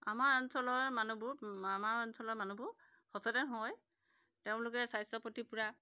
আমাৰ অঞ্চলৰে মানুহবোৰ আমাৰ অঞ্চলৰ মানুহবোৰ সচেতন হয় তেওঁলোকে স্বাস্থ্য প্ৰতি পূৰা